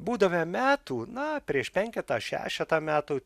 būdavę metų na prieš penketą šešetą metų